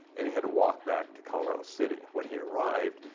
and he had to walk back to colorado city. when he arrived,